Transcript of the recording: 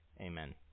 Amen